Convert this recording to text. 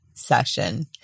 session